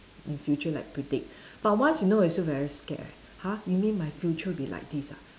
in future like predict but once you know you feel very scared eh !huh! you mean my future will be like this ah